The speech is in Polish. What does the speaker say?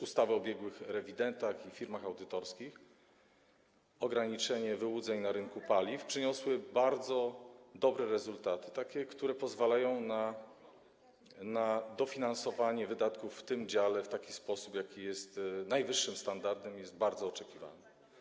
ustawy o biegłych rewidentach i firmach audytorskich, ograniczenia wyłudzeń na rynku paliw, przyniosły bardzo dobre rezultaty, które pozwalają na dofinansowanie wydatków w tym dziale w sposób, jaki spełnia najwyższe standardy, jest bardzo oczekiwany.